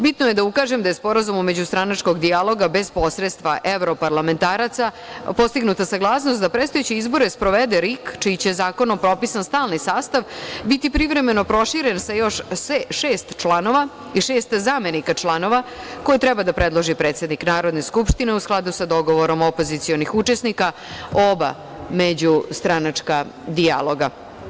Bitno je da ukažem da je Sporazumom međustranačkog dijaloga bez posredstva evroparlamentaraca postignuta saglasnost da predstojeće izbore sprovede RIK čiji će zakonom propisan stalni sastav biti privremeno proširen sa još šest članova i šest zamenika članova koje treba da predloži predsednik Narodne skupštine, a u skladu sa dogovorom opozicionih učesnika oba međustranačka dijaloga.